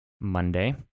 Monday